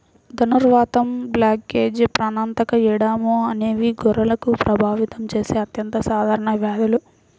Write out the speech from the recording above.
ధనుర్వాతం, బ్లాక్లెగ్, ప్రాణాంతక ఎడెమా అనేవి గొర్రెలను ప్రభావితం చేసే అత్యంత సాధారణ వ్యాధులు